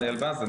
אני